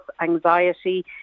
anxiety